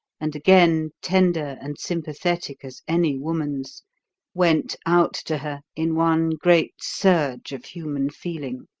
and again tender and sympathetic as any woman's went out to her in one great surge of human feeling.